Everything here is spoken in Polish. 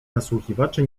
nasłuchiwaczy